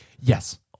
Yes